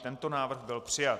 I tento návrh byl přijat.